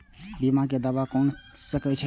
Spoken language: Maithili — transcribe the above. बीमा के दावा कोना के सके छिऐ?